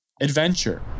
adventure